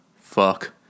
Fuck